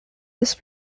this